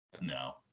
No